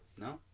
No